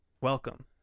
welcome